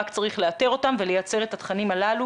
רק צריך לאתר אותם ולייצר את התכנים הללו